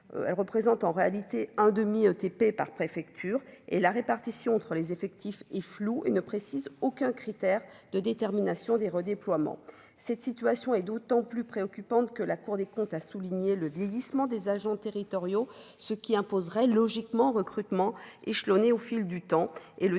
elle représente en réalité un demi-TP par préfecture et la répartition entre les effectifs y'flou et ne précise aucun critère de détermination des redéploiements, cette situation est d'autant plus préoccupante que la Cour des comptes, a souligné le vieillissement des agents territoriaux, ce qui imposerait logiquement recrutement échelonner au fil du temps